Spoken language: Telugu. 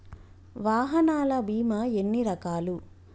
వాహనాల బీమా ఎన్ని రకాలు?